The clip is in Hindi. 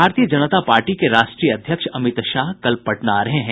भारतीय जनता पार्टी के राष्ट्रीय अध्यक्ष अमित शाह कल पटना आ रहे हैं